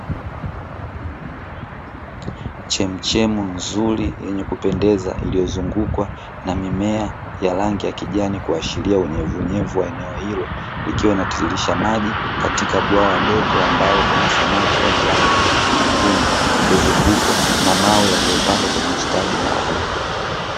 Chemichemi nzuri na yenye kupendeza, iliyozungukwa na mimea ya rangi ya kijani kuashiria unyevunyevu wa eneo hilo, likiwa linatiririsha maji katika bwawa dogo ambalo kuna samaki wenye rangi nyekundu, ikizungukwa na mawe yaliyopangwa kwenye ustadi maalumu.